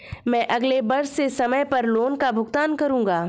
मैं अगले वर्ष से समय पर लोन का भुगतान करूंगा